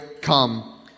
come